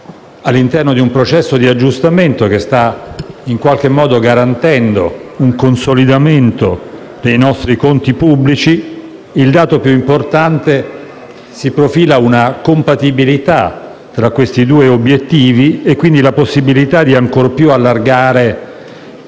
all'interno di un processo di aggiustamento che sta in qualche modo garantendo un consolidamento dei nostri conti pubblici. Il dato più importante è che si profila una compatibilità tra questi due obiettivi, e quindi la possibilità di allargare